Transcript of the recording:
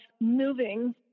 moving